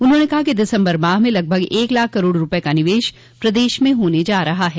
उन्होंने कहा कि दिसम्बर माह में लगभग एक लाख करोड़ रूपये का निवेश प्रदेश में होने जा रहा है